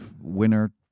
winner